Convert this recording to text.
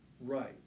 Right